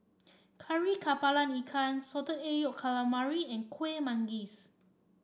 Kari kepala Ikan Salted Egg Yolk Calamari and Kueh Manggis